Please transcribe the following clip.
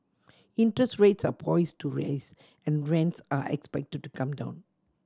interest rates are poised to rise and rents are expected to come down